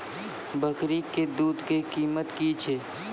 बकरी के दूध के कीमत की छै?